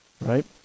right